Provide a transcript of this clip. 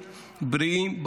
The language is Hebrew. בריאים,